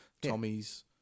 Tommy's